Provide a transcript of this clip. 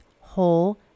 whole